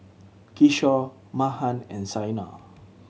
Kishore Mahan and Saina